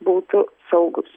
būtų saugūs